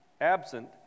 absent